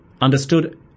understood